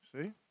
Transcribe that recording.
See